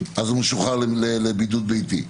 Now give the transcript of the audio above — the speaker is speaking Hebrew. הוא משוחרר לבידוד ביתי.